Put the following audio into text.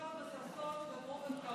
אתה עושה את זה בשמחה ובששון ובאופן קבוע.